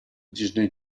disney